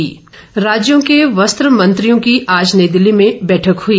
स्मृति ईरानी राज्यों के वस्त्र मंत्रियों की आज नई दिल्ली में बैठक हुई